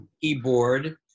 keyboard